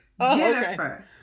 Jennifer